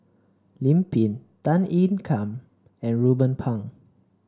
Lim Pin Tan Ean Kiam and Ruben Pang